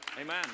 Amen